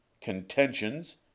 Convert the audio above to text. contentions